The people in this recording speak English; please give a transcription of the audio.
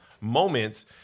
moments